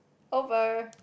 over